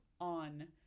on